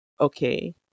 okay